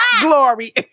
Glory